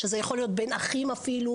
שזה יכול להיות בין אחים אפילו,